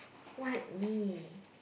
what me